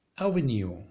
Avenue